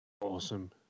Awesome